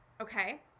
okay